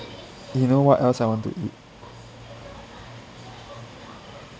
you know what else I want to eat